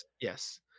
Yes